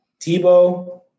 Tebow